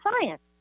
science